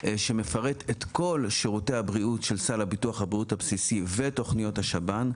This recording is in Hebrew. שמפרט את כל שירותי הבריאות של סל ביטוח הבריאות הבסיסי ותוכניות השב"ן.